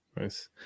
Nice